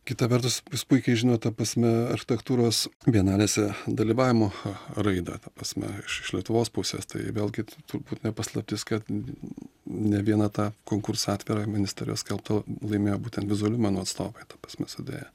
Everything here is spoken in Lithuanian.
kita vertus jus puikiai žinot ta prasme architektūros bienalėse dalyvavimo raidą ta prasme iš lietuvos pusės tai vėlgi turbūt ne paslaptis kad ten ne vieną tą konkursą atvirą ministerijos skelbtą laimėjo būtent vizualių menų atstovai ta prasme sudėję